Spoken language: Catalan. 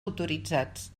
autoritzats